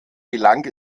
gelang